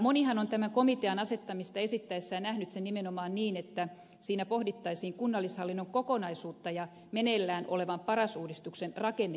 monihan on tämän komitean asettamista esittäessään nähnyt sen nimenomaan niin että siinä pohdittaisiin kunnallishallinnon kokonaisuutta ja meneillään olevan paras uudistuksen rakennekysymyksiäkin